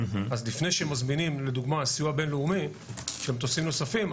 אז לפני שמזמינים לדוגמה סיוע בינלאומי של מטוסים נוספים,